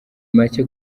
make